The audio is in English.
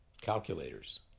calculators